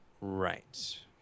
Right